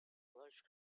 large